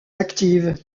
active